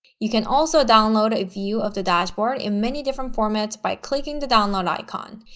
you can also download a view of the dashboard in many different formats by clicking the download icon.